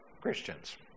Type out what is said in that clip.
Christians